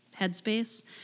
headspace